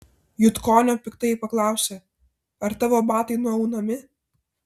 jutkonio piktai paklausė ar tavo batai nuaunami